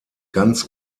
ganz